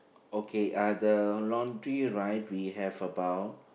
okay uh the laundry right we have about